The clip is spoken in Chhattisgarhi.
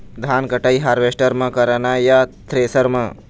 धान कटाई हारवेस्टर म करना ये या थ्रेसर म?